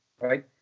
right